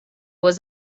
was